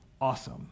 Awesome